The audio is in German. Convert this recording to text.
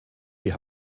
die